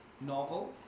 novel